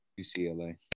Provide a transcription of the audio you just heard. UCLA